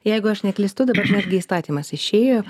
jeigu aš neklystu dabar netgi įstatymas išėjo